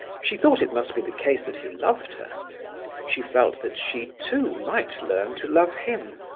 she thought it must be the case that he loved her she felt that she too might learn to love him,